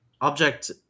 object